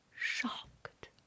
shocked